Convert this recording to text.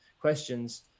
questions